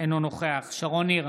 אינו נוכח שרון ניר,